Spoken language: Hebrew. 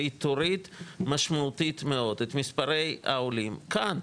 והיא תוריד משמעותית מאוד את מספרי העולים כאן.